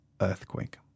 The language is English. earthquake